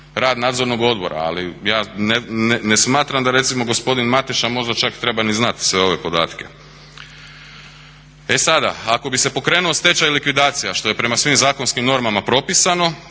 rad Nadzornog odbora, ali ja ne smatram da recimo gospodin Mateša možda čak treba ni znat sve ove podatke. E sada, ako bi se pokrenuo stečaj i likvidacija što je prema svim zakonskim normama propisano